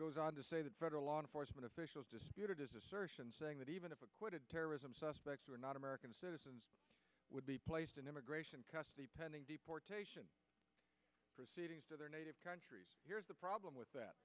goes on to say that federal law enforcement officials disputed his assertion saying that even if acquitted terrorism suspects were not american citizens would be placed in immigration custody pending deportation proceedings to their native countries here's the problem with